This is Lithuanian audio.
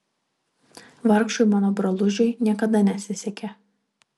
vargšui mano brolužiui niekada nesisekė